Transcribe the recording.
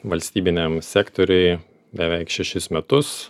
valstybiniam sektoriuj beveik šešis metus